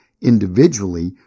Individually